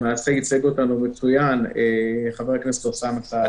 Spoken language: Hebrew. ולמעשה ייצג אותנו מצוין, חבר הכנסת אוסאמה סעדי.